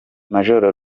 majoro